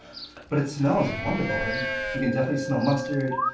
but it smells wonderful and you can definitely smell mustard.